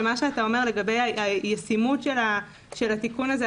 שמה שאתה אומר לגבי הישימות של התיקון הזה,